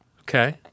Okay